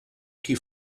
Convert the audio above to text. qui